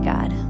God